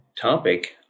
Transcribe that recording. topic